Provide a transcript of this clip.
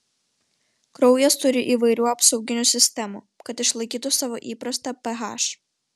kraujas turi įvairių apsauginių sistemų kad išlaikytų savo įprastą ph